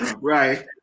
Right